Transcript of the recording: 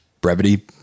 Brevity